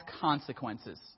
consequences